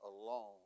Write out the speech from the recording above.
alone